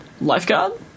Lifeguard